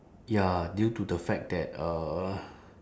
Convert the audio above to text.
ya due to the fact that uh